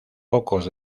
pocos